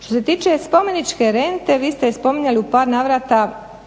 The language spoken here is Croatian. Što se tiče spomeničke rente vi ste spominjali u par navrata,